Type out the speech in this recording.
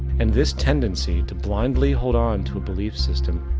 and this tendency to blindly hold on to a belief system,